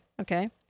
okay